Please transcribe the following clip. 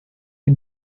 you